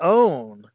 own